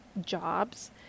jobs